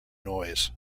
noise